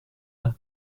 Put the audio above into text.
vingt